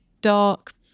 dark